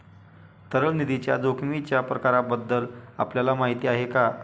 तरल निधीच्या जोखमीच्या प्रकारांबद्दल आपल्याला माहिती आहे का?